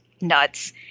nuts